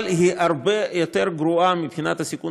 אבל היא הרבה יותר גרועה מבחינת הסיכון